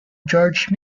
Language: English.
george